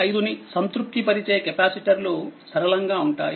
5 ని సంతృప్తిపరిచే కెపాసిటర్లు సరళంగా ఉంటాయి